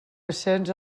ascens